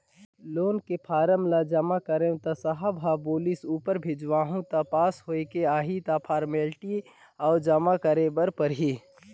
loan के form ल जमा करेंव त साहब ह बोलिस ऊपर भेजहूँ त पास होयके आही त फारमेलटी अउ जमा करे बर परही